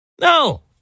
No